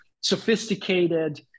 sophisticated